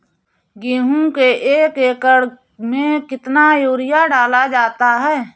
गेहूँ के एक एकड़ में कितना यूरिया डाला जाता है?